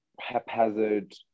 haphazard